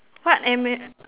what am~